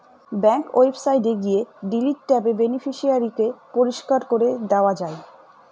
bank ওয়েবসাইটে গিয়ে delete ট্যাবে বেনিফিশিয়ারি কে পরিষ্কার করে দেওয়া যায়